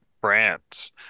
France